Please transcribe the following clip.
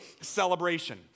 celebration